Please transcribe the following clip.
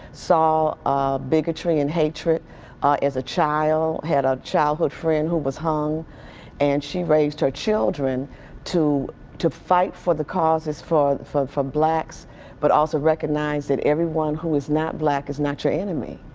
saw ah bigotry and hatred as a child. had a childhood friend who was hung and she raised her childre and to to fight for the causes for for blacks but also recognize that everyone who is not black is not your enemy.